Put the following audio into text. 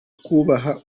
kubaha